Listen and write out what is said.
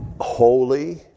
holy